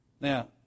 Now